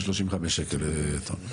ב-35 שקלים לטון.